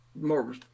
more